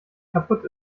kaputt